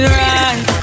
right